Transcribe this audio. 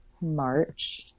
march